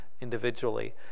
individually